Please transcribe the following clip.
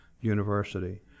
University